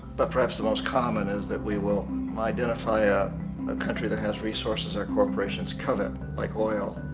but perhaps the most common is that we will identify ah a country that has resources our corporations covet, like oil,